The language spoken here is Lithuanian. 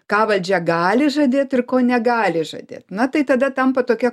ką valdžia gali žadėt ir ko negali žadėt na tai tada tampa tokia